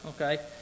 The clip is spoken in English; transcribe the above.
okay